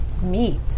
meat